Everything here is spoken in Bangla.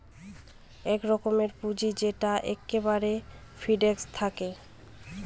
এক রকমের পুঁজি যেটা এক্কেবারে ফিক্সড থাকে